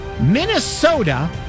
Minnesota